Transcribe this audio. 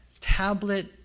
tablet